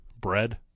bread